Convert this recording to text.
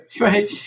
Right